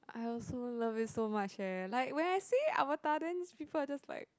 I also love it so much eh like when I see Avatar then people are just like